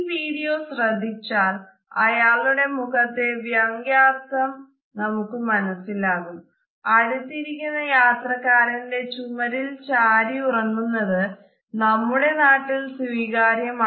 ഈ വീഡിയോ ശ്രദ്ധിച്ചാൽ അയാളുടെ മുഖത്തെ വ്യംഗ്യാർത്ഥം